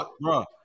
bro